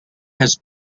has